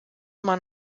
man